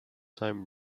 time